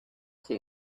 tea